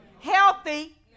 healthy